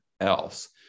else